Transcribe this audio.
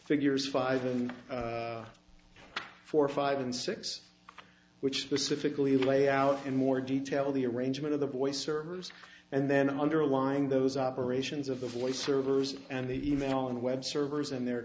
figures five and four or five and six which specifically lay out in more detail the arrangement of the voice servers and then underlying those operations of the voice servers and the e mail on the web servers and the